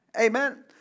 Amen